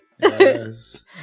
Yes